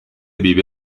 vive